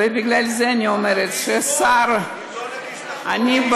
בגלל זה אני אומרת שהשר, מי ישמור?